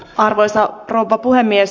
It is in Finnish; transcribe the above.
arvoisa rouva puhemies